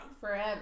Forever